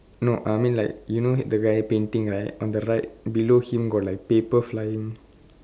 no I mean like you know the guy painting right on the right below him got like paper flying